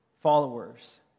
followers